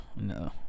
no